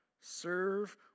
serve